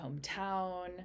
hometown